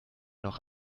doch